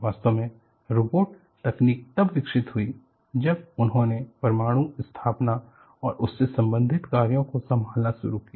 वास्तव में रोबोट तकनीक तब विकसित हुई जब उन्होंने परमाणु स्थापना और उससे संबंधित कार्यों को संभालना शुरू किया